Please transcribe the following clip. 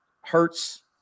hertz